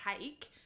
take